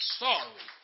sorry